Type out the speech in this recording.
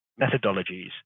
methodologies